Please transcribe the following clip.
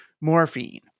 morphine